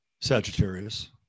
Sagittarius